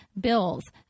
bills